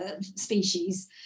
species